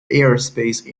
airspace